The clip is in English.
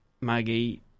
Maggie